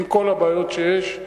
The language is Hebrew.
עם כל הבעיות שיש,